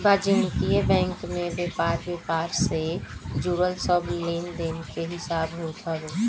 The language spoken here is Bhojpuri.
वाणिज्यिक बैंक में व्यापार व्यापार से जुड़ल सब लेनदेन के हिसाब होत हवे